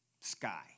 sky